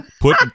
Put